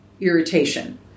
irritation